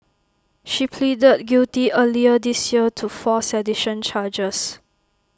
she pleaded guilty earlier this year to four sedition charges